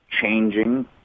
changing